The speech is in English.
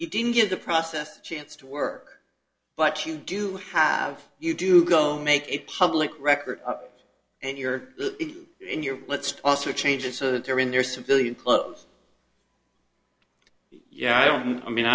it didn't give the process chance to work but you do have you do go make a public record and you're in your let's also change it so that they're in their civilian clothes yeah i don't i mean